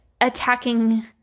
attacking